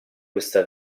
questa